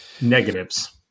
negatives